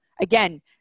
again